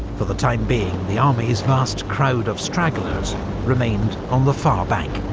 for the time being, the army's vast crowd of stragglers remained on the far bank.